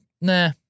nah